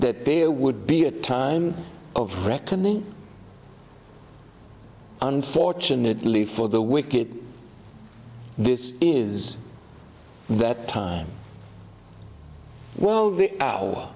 that there would be a time of reckoning unfortunately for the wicked this is that time well